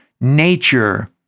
nature